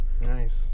Nice